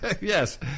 Yes